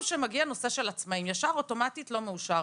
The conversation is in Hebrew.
שמגיע נושא של עצמאים ואוטומטית הוא לא מאושר.